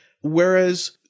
Whereas